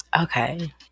Okay